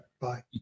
Bye